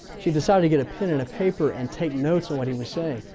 she decided to get a pen and a paper and take notes of what he was saying.